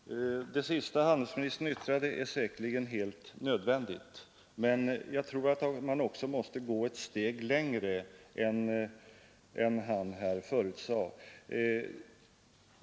Fru talman! Det där sista som handelsministern nämnde är säkerligen helt nödvändigt, men jag tror att man måste gå ett steg längre än vad handelsministern var beredd att göra.